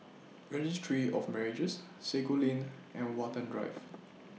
Registry of Marriages Sago Lane and Watten Drive